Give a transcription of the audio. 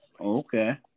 Okay